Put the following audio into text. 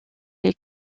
les